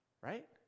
Right